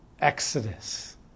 exodus